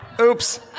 Oops